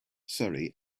surrey